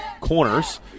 corners